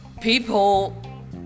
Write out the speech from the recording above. people